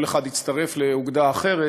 כל אחד הצטרף לאוגדה אחרת,